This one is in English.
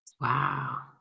Wow